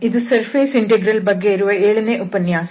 ಇದು surface integral ಬಗ್ಗೆ ಇರುವ ಏಳನೇ ಉಪನ್ಯಾಸ